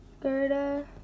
Gerda